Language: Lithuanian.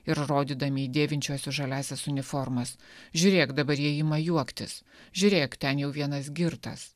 ir rodydami į dėvinčiuosius žaliąsias uniformas žiūrėk dabar jie ima juoktis žiūrėk ten jau vienas girtas